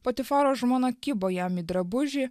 patifaro žmona kibo jam į drabužį